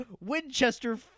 Winchester